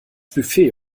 buffet